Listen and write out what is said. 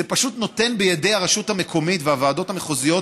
זה פשוט נותן בידי הרשות המקומית והוועדות המחוזיות